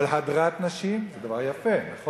אבל, הדְרת נשים זה דבר יפה, נכון?